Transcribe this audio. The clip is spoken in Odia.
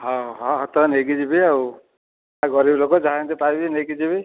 ହଉ ହଁ ହଁ ତ ନେଇକି ଯିବି ଆଉ ଗରିବ ଲୋକ ଯାହା ଏନ୍ତି ପାରିବି ନେଇକି ଯିବି ଆଉ